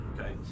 okay